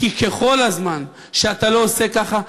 כי כל זמן שאתה לא עושה ככה,